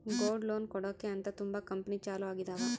gold loan ಕೊಡಕ್ಕೆ ಅಂತ ತುಂಬಾ ಕಂಪೆನಿ ಚಾಲೂ ಆಗಿದಾವ